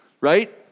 right